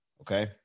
Okay